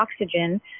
oxygen